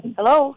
Hello